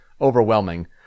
overwhelming